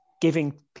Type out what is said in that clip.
giving